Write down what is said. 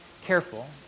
careful